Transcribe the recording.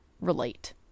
relate